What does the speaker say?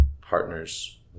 partners